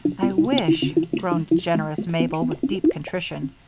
i wish, groaned generous mabel, with deep contrition,